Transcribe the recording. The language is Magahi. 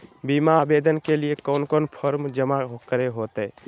बीमा आवेदन के लिए कोन कोन फॉर्म जमा करें होते